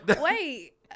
Wait